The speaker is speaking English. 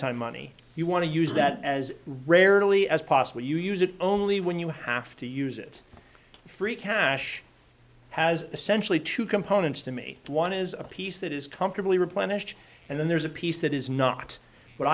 time money you want to use that as rarely as possible you use it only when you have to use it free cash has essentially two components to me one is a piece that is comfortably replenished and then there's a piece that is not